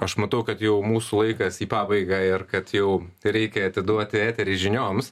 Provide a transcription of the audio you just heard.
aš matau kad jau mūsų laikas į pabaigą ir kad jau reikia atiduoti eterį žinioms